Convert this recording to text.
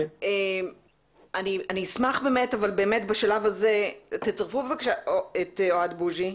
אני אשמח באמת שתצרפו בבקשה את אוהד בוזי.